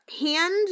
hand